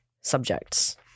subjects